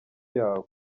yawe